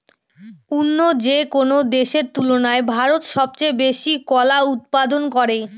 অন্য যেকোনো দেশের তুলনায় ভারত সবচেয়ে বেশি কলা উৎপাদন করে